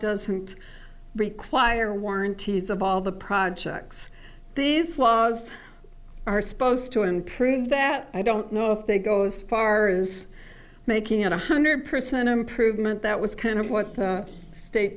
doesn't require warranties of all the projects these laws are supposed to improve that i don't know if they go as far as making it one hundred percent improvement that was kind of what the state